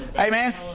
Amen